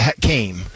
came